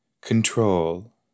Control